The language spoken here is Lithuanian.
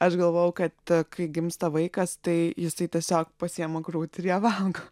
aš galvojau kad kai gimsta vaikas tai jisai tiesiog pasiima krūtį ir ją valgo